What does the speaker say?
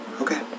Okay